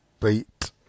beat